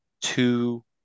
two